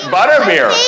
Butterbeer